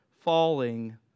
falling